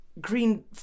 Green